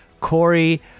Corey